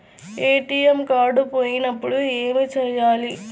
ATM card పోయినప్పుడు ఏమి చేయాలి?